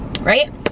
right